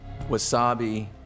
Wasabi